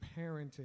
Parenting